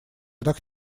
так